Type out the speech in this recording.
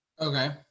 Okay